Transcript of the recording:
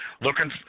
looking –